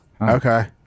Okay